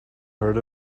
heard